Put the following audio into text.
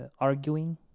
arguing